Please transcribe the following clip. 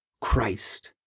Christ